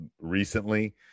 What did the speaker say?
recently